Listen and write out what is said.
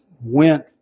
went